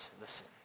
listen